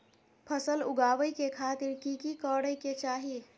फसल उगाबै के खातिर की की करै के चाही?